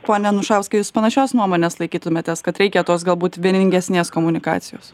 pone anušauskai jūs panašios nuomonės laikytumėtės kad reikia tos galbūt vieningesnės komunikacijos